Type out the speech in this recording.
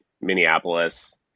Minneapolis